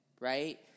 right